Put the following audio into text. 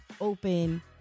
open